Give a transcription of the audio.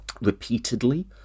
repeatedly